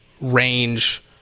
range